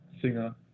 singer